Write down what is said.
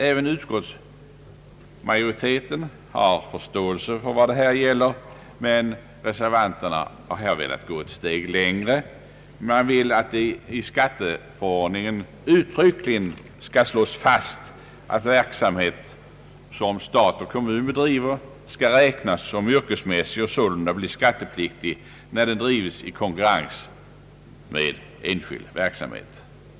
även utskottsmajoriteten har förståelse för vad det här gäller, men reservanterna har velat gå ett steg längre. Vi vill att det i skatteförordningen uttryckligen skall slås fast, att verksamhet som stat och kommun bedriver skall räknas som yrkesmässig och sålunda bli skattepliktig när den drives i konkurrens med enskild verksamhet.